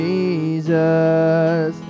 Jesus